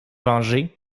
venger